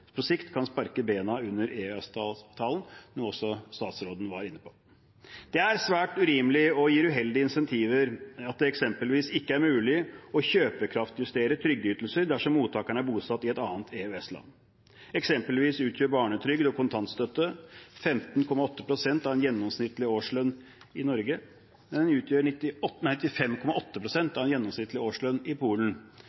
på sikt kan sparke bena under EØS-avtalen, noe også statsråden var inne på. Det er svært urimelig og gir uheldige incentiver at det eksempelvis ikke er mulig å kjøpekraftjustere trygdeytelser dersom mottakeren er bosatt i et annet EØS-land. Eksempelvis utgjør barnetrygd og kontantstøtte 15,8 pst. av en gjennomsnittlig årslønn i Norge, men det utgjør